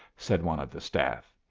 said one of the staff.